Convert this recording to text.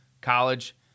college